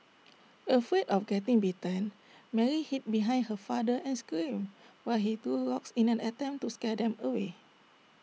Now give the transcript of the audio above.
afraid of getting bitten Mary hid behind her father and screamed while he threw rocks in an attempt to scare them away